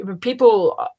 people